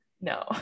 No